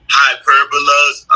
hyperbolas